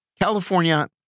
California